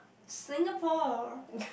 Singapore